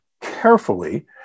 carefully